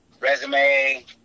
resume